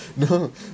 no